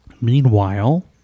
Meanwhile